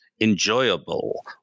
enjoyable